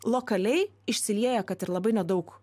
lokaliai išsilieja kad ir labai nedaug